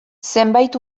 zenbait